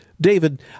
David